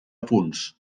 punts